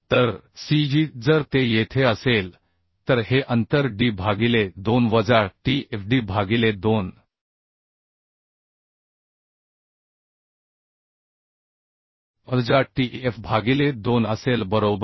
तर cg जर ते येथे असेल तर हे अंतर d भागिले 2 वजा t f d भागिले 2वजा t f भागिले 2 असेल बरोबर